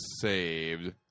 saved